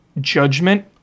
Judgment